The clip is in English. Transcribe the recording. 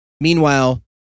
meanwhile